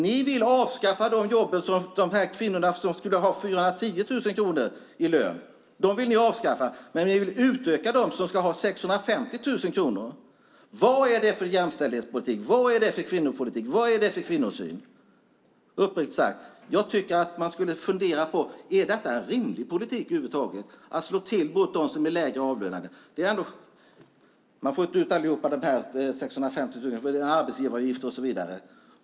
Ni vill avskaffa jobben för de kvinnor som får 410 000 kronor i lön. Däremot vill ni utöka för dem som får 650 000 kronor. Vad är det för jämställdhetspolitik? Vad är det för kvinnopolitik? Vad är det för kvinnosyn? Uppriktigt sagt: Jag tycker att man borde fundera på om det över huvud taget är en rimlig politik att slå till mot dem som är lägre avlönade. Man får inte ut hela beloppet 650 000 kronor; det är ju arbetsgivaravgifter och så vidare.